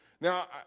Now